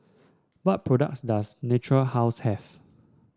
what products does Natura House have